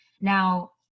now